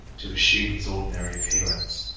to assume his ordinary appearance,